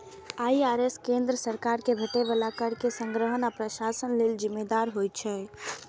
IRS केंद्र सरकार कें भेटै बला कर के संग्रहण आ प्रशासन लेल जिम्मेदार होइ छै